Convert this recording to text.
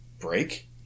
break